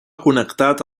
connectat